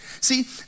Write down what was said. See